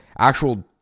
actual